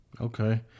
okay